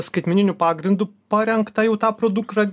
skaitmeniniu pagrindu parengtą jau tą produkrą